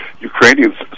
Ukrainians